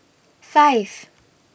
five